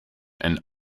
and